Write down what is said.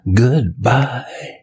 goodbye